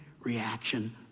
reaction